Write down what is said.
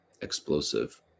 explosive